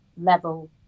level